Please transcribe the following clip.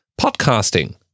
Podcasting